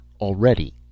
Already